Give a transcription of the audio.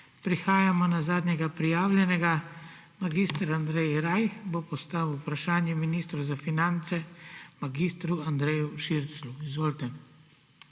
Prehajamo na zadnjega prijavljenega. Mag. Andrej Rajh bo postavil vprašanje ministru za finance mag. Andreju Širclju. Izvolite.